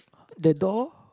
the door